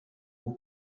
who